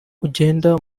ugenda